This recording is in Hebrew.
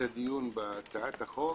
בהצעת החוק